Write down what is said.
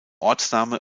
ortsname